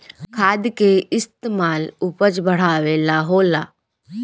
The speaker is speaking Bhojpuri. खाद के इस्तमाल उपज बढ़ावे ला होला